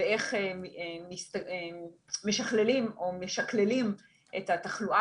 ואיך משכללים או משקללים את התחלואה